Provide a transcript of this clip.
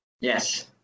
yes